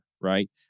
right